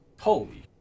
Holy